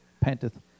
panteth